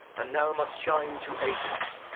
and now must shine to ages.